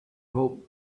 hope